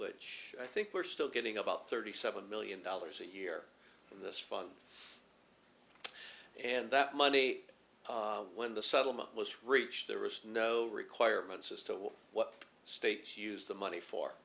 which i think we're still getting about thirty seven million dollars a year in this fund and that money when the settlement was reached the wrist no requirements as to what states use the money for